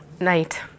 night